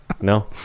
no